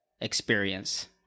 experience